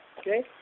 okay